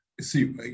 See